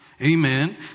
Amen